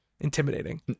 intimidating